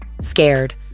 scared